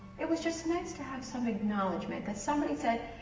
it was just nice to have some acknowledgement that somebody said,